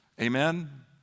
amen